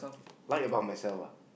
like about myself ah